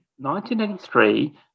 1983